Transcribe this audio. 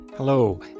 Hello